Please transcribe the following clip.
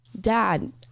Dad